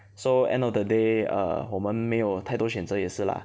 so end of the day err 我们没有太多选择也是 lah